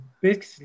big